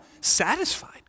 Satisfied